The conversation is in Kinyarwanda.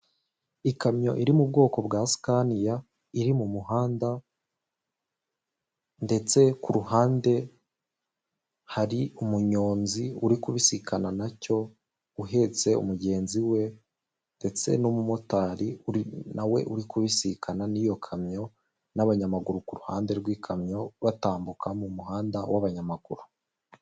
Ikamyo iri mu bwoko bwa sikaniya, iri mu muhanda, ndetse ku ruhande hari umunyonzi uri kubisikana na cyo, uhetse mugenzi we, ndetse n'umumotari na we uri kubisikana n'iyo kamyo, n'abanyamaguru ku ruhande rw'ikamyo, batambuka mu muhanda w'abanyamaguru.